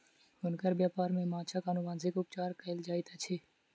हुनकर व्यापार में माँछक अनुवांशिक उपचार कयल जाइत अछि